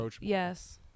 yes